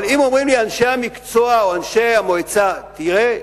אבל אם אומרים לי אנשי המקצוע או אנשי המועצה: ראה,